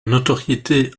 notoriété